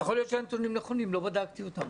יכול להיות שהנתונים נכונים, לא בדקתי אותם.